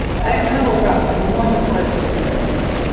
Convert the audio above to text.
i have a couple of problems. i mean one, your product isn't branded yet.